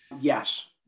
Yes